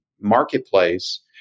marketplace